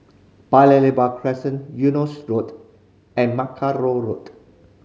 Paya Lebar Crescent Eunos Road and Mackerrow Road